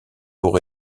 pour